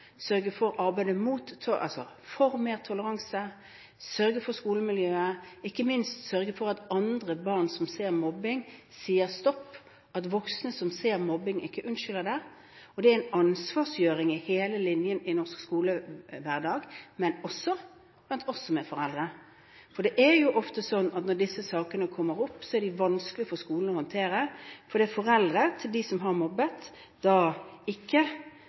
sørge for å arbeide for mer toleranse, sørge for skolemiljøet, ikke minst sørge for at andre barn som ser mobbing, sier stopp, og at voksne som ser mobbing, ikke unnskylder det. Det dreier seg om en ansvarliggjøring av hele linjen i norsk skolehverdag, men også blant oss som er foreldre. Det er ofte slik at når disse sakene kommer opp, er de vanskelige for skolen å håndtere, fordi foreldrene til dem som har mobbet, ikke